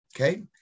Okay